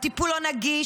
הטיפול לא נגיש,